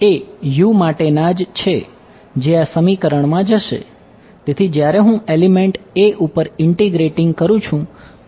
એ માટેના છે જે આ સમીકરણ કરું છું